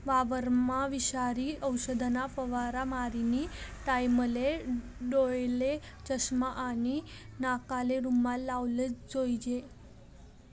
वावरमा विषारी औषधना फवारा मारानी टाईमले डोयाले चष्मा आणि नाकले रुमाल लावलेच जोईजे